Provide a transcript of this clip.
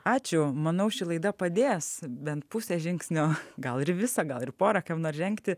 ačiū manau ši laida padės bent pusę žingsnio gal ir visą gal ir porą kam nors žengti